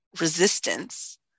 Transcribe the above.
resistance